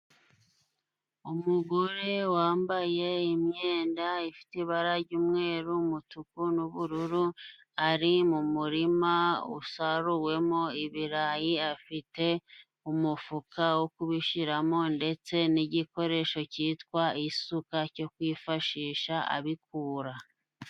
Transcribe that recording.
Umugore wambaye imyenda ifite ibara jy'umweru, umutuku n'ubururu ari mu murima usaruwemo ibirayi afite umufuka wo kubishiramo ,ndetse n'igikoresho cyitwa isuka cyo kwifashisha abikura.